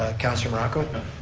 ah councilor morocco.